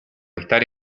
estar